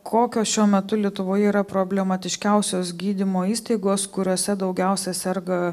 kokios šiuo metu lietuvoje yra problematiškiausios gydymo įstaigos kuriose daugiausia serga